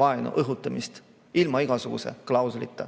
vaenu õhutamise ilma igasuguse klauslita.